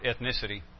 ethnicity